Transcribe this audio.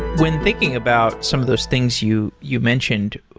when thinking about some of those things you you mentioned,